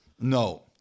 No